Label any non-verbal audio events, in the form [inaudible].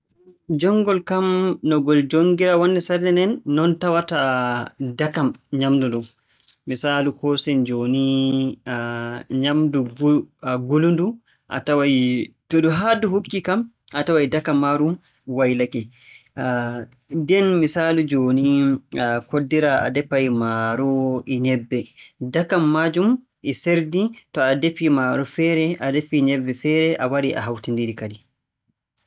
Jonngol kam no ngol jonngiraa wonnde sarde nden, non tawataa dakam nyaamndu ndun. Misaalu kosen jooni [hesitation] nyaamn- nyaamndu ngulundu, a taway -to ndu haa ndu hukkii kam a taway dakam maaru waylike. [hesitation] Nden misaalu jooni, [hesitation] koddiraa a defay maaru e nyebbe, dakam maajum e seerdi to a defii maaro feere a defii nyebbe feere a wari a hawtii.